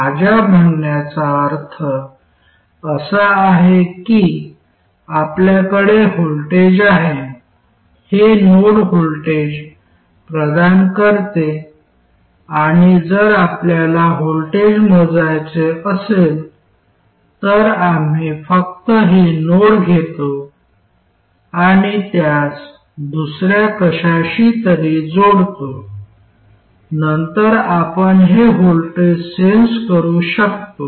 माझ्या म्हणण्याचा अर्थ असा आहे की आपल्याकडे व्होल्टेज आहे हे नोड व्होल्टेज प्रदान करते आणि जर आपल्याला व्होल्टेज मोजायचे असेल तर आम्ही फक्त हे नोड घेतो आणि त्यास दुसऱ्या कशाशी तरी जोडतो नंतर आपण हे व्होल्टेज सेन्स करू शकतो